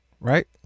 right